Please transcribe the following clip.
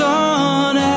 on